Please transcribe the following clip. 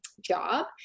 job